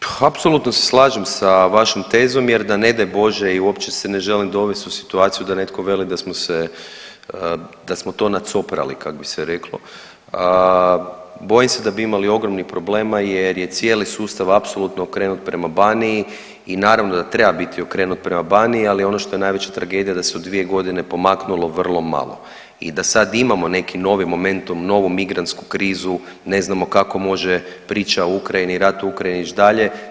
Pa apsolutno se slažem sa vašom tezom jer da ne daj Bože i uopće se ne želim dovesti u situaciju da netko veli da smo se, da smo to nacoprali, kak bi se reklo, bojim se da bi imali ogromnih problema jer je cijeli sustav apsolutno okrenut prema Baniji i naravno da treba biti okrenut prema Baniji, ali ono što je najveća tragedija da se u 2 godine pomaknulo vrlo malo i da sad imamo neki novi moment, novu migrantsku krizu, ne znamo kako može priča u Ukrajini i rat u Ukrajini ići dalje.